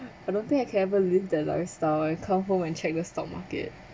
I don't think I can ever lived that lifestyle I come home and check the stock market